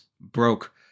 broke